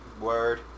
Word